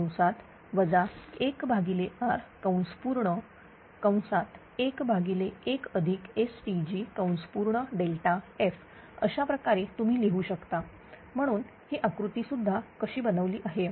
अशाप्रकारे तुम्ही लिहू शकता म्हणून हे आकृती सुद्धा कशी बनवली आहे